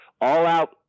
all-out